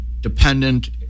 dependent